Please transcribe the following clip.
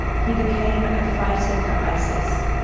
he became a fighter for isis.